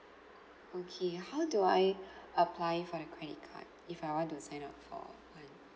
okay how do I apply for the credit card if I want to sign up for one